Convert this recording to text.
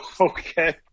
okay